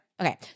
Okay